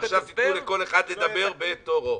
עכשיו תנו לכל אחד לדבר בתורו.